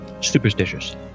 Superstitious